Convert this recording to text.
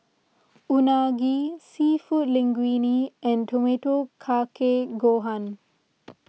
Unagi Seafood Linguine and tomato Kake Gohan